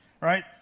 right